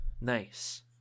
Nice